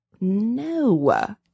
No